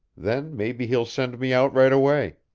then maybe he'll send me out right away.